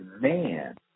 man